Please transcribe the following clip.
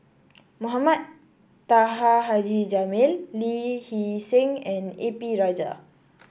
Mohamed Taha Haji Jamil Lee Hee Seng and A P Rajah